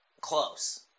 close